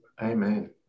Amen